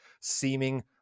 seeming